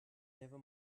never